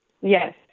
Yes